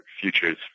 futures